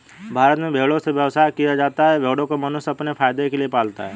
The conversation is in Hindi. भारत में भेड़ों से व्यवसाय किया जाता है भेड़ों को मनुष्य अपने फायदे के लिए पालता है